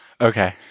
Okay